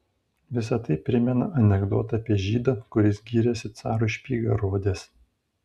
visa tai primena anekdotą apie žydą kuris gyrėsi carui špygą rodęs